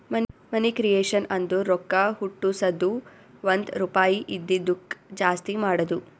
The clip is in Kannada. ಮನಿ ಕ್ರಿಯೇಷನ್ ಅಂದುರ್ ರೊಕ್ಕಾ ಹುಟ್ಟುಸದ್ದು ಒಂದ್ ರುಪಾಯಿ ಇದಿದ್ದುಕ್ ಜಾಸ್ತಿ ಮಾಡದು